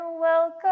welcome